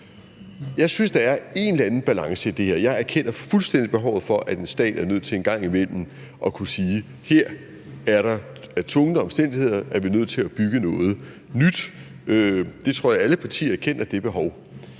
Jeg synes, der er en eller anden balance i det her, og jeg anerkender fuldstændig behovet for, at en stat en gang imellem er nødt til at kunne sige: Her er vi tvunget af omstændighederne nødt til at bygge noget nyt. Jeg tror, at alle partier erkender det behov.